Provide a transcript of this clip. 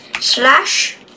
slash